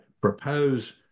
propose